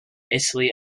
italy